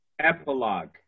Epilogue